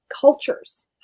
cultures